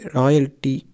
royalty